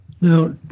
Now